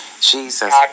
Jesus